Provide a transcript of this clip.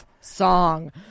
song